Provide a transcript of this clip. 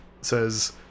says